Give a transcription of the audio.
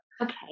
okay